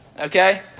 Okay